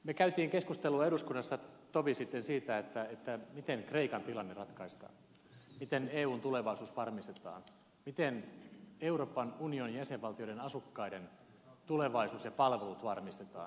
me kävimme keskustelua eduskunnassa tovi sitten siitä miten kreikan tilanne ratkaistaan miten eun tulevaisuus varmistetaan miten euroopan unionin jäsenvaltioiden asukkaiden tulevaisuus ja palvelut varmistetaan